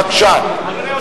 בבקשה.